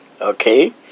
Okay